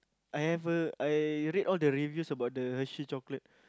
I ever I read all the reviews about the Hershey chocolate